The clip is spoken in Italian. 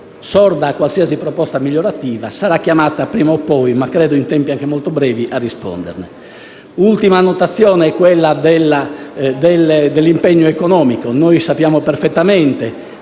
sorda a qualsiasi proposta migliorativa, sarà chiamata prima o poi - credo in tempi molto brevi - a rispondere. Un'ultima annotazione riguarda l'impegno economico. Noi sappiamo perfettamente